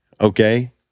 okay